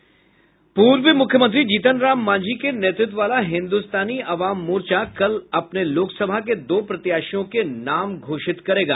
पूर्व मुख्यमंत्री जीतन राम मांझी के नेतृत्व वाला हिन्दुस्तानी अवाम मोर्चा कल अपने लोकसभा के दो प्रत्याशियों के नाम घोषित करेगा